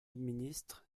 ministre